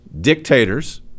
dictators